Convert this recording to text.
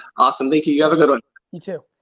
awesome, thank you, you have a but you too.